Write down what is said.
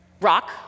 rock